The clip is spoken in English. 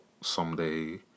someday